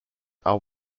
are